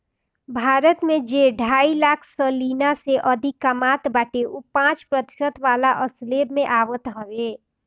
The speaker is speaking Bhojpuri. भारत में जे ढाई लाख सलीना से अधिका कामत बाटे उ पांच प्रतिशत वाला स्लेब में आवत हवे